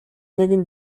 нэгэн